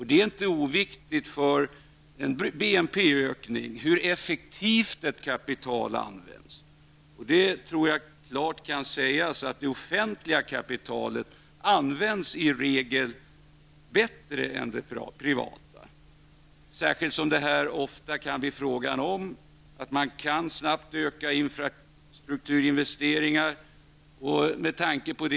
Det är inte oviktigt för en BNP ökning hur effektivt ett kapital används. Jag tror att det klart kan sägas att det offentliga kapitalet i regel används bättre än det privata, särskilt som de här ofta kan bli fråga om att snabbt öka infrastrukturinvesteringar.